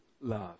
love